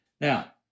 Now